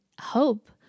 hope